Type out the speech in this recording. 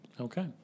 Okay